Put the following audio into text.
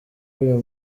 uyu